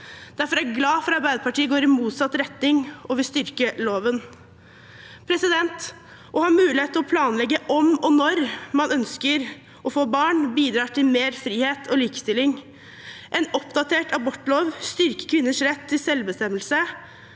Derfor er jeg glad for at Arbeiderpartiet går i motsatt retning og vil styrke loven. Å ha mulighet til å planlegge om og når man ønsker å få barn, bidrar til mer frihet og likestilling. En oppdatert abortlov styrker kvinners rett til selvbestemmelse.